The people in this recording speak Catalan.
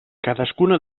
cadascuna